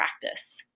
practice